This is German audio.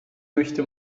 möchte